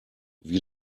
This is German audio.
wie